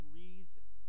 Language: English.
reason